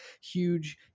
huge